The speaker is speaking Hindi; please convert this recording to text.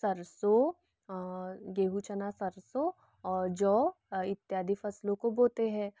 सरसों गेंहू चना सरसों और जौ इत्यादि फसलों को बोते हैं